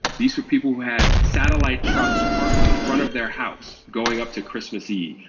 these were people who had satellite trucks parked in front of their house going up to christmas eve.